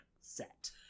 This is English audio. set